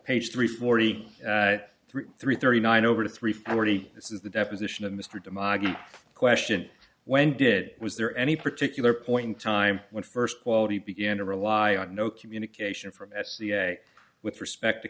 page three forty three three thirty nine over three forty this is the deposition of mr demography question when did was there any particular point in time when first quality began to rely on no communication from s the day with respect to